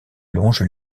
longe